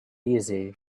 easy